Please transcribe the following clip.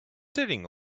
sitting